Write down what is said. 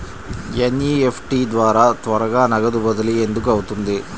NEFT ద్వారా త్వరగా నగదు బదిలీ ఎందుకు అవుతుంది?